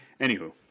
Anywho